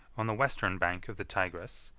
on the western bank of the tigris,